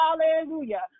Hallelujah